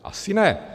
Asi ne.